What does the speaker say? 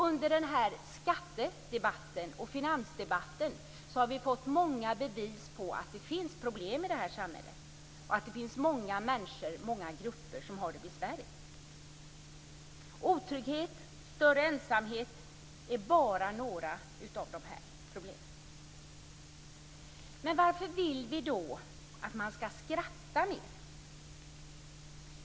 Under dagens skatte och finansdebatt har vi fått många bevis på att det finns problem i det här samhället. Det finns många människor och grupper som har det besvärligt. Otrygghet och större ensamhet är bara några av problemen. Men varför vill vi då att man skall skratta mer?